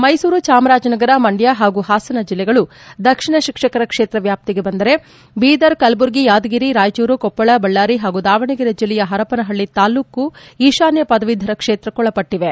ಮೈಸೂರು ಚಾಮರಾಜನಗರ ಮಂದ್ಯ ಹಾಗೂ ಹಾಸನ ಜಿಲ್ಲೆಗಳು ದಕ್ಷಿಣ ಶಿಕ್ಷಕರ ಕ್ಷೇತ್ರ ವ್ಯಾಪ್ತಿಗೆ ಬಂದರೆ ಬೀದರ್ ಕಲಬುರಗಿ ಯಾದಗಿರಿ ರಾಯಚೂರು ಕೊಪ್ಪಳ ಬಳ್ಳಾರಿ ಹಾಗೂ ದಾವಣಗೆರೆ ಜಿಲ್ಲೆಯ ಹರಪ್ಪನಹಳ್ಳಿ ತಾಲೂಕು ಈಶಾನ್ಯ ಪದವೀಧರ ಕ್ಷೇತ್ರಕ್ಕೊ ಳಪಟ್ಟಿವೆ